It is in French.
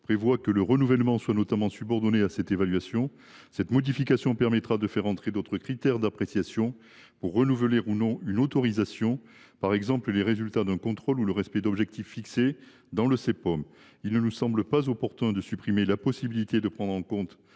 dispose que le renouvellement soit notamment subordonné à cette évaluation. Cette modification permettra de faire entrer d’autres critères d’appréciation pour renouveler ou non une autorisation, par exemple les résultats d’un contrôle ou le respect d’objectifs fixés dans le contrat pluriannuel d’objectifs et de moyens (CPOM). Il ne nous semble pas opportun de supprimer la possibilité de prendre en compte